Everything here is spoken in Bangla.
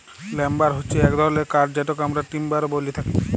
লাম্বার হচ্যে এক ধরলের কাঠ যেটকে আমরা টিম্বার ও ব্যলে থাকি